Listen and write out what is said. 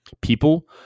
People